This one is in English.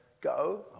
go